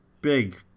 big